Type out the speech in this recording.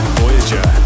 Voyager